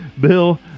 Bill